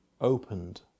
opened